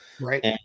right